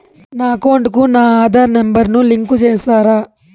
నా అకౌంట్ కు నా ఆధార్ నెంబర్ ను లింకు చేసారా